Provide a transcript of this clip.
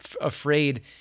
afraid